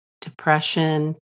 depression